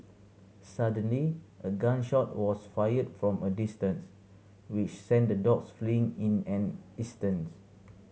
suddenly a gun shot was fired from a distance which sent the dogs fleeing in an instance